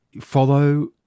follow